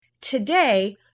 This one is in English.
today